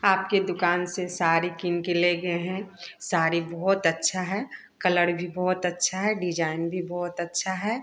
आपके दुकान से साड़ी कीन के ले गए हैं साड़ी बहुत अच्छा है कलर भी बहुत अच्छा है डिज़ाइन भी बहुत अच्छा है